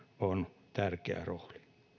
on tärkeä rooli